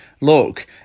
Look